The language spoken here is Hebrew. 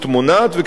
וכפי שאמרתי,